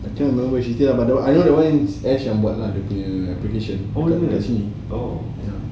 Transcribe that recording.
I cannot remember but that [one] I know is ash yang buat kan dia punya application